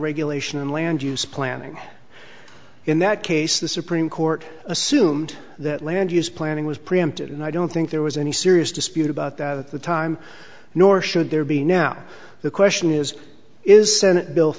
regulation and land use planning in that case the supreme court assumed that land use planning was preempted and i don't think there was any serious dispute about that at the time nor should there be now the question is is senate bill